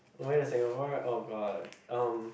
only in Singapore [oh]-god um